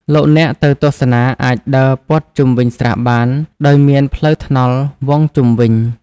លោកអ្នកទៅទស្សនាអាចដើរព័ទ្ធជុំវិញស្រះបាន ដោយមានផ្លូវថ្នល់វង់ជុំវិញ។